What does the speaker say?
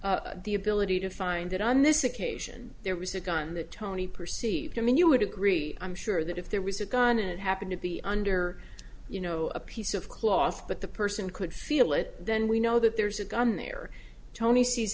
to the ability to find it on this occasion there was a gun that tony perceived i mean you would agree i'm sure that if there was a gun it happened to be under you know a piece of cloth but the person could feel it then we know that there's a gun there tony s